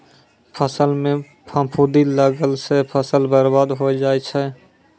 फसल म फफूंदी लगला सँ फसल बर्बाद होय जाय छै